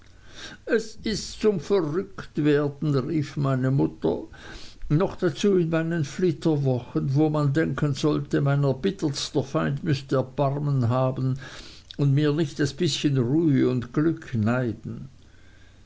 es ist zum verrücktwerden rief meine mutter noch dazu in meinen flitterwochen wo man denken sollte mein erbittertster feind müßte erbarmen haben und mir nicht das bißchen ruhe und glück neiden